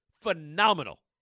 Phenomenal